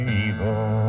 evil